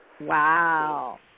Wow